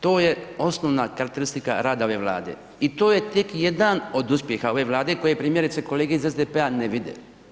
To je osnovna karakteristika rada ove Vlade i to je tek jedan od uspjeha ove Vlade koje primjerice kolege iz SDP-a ne vide.